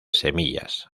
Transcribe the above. semillas